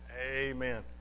Amen